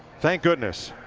thank goodness.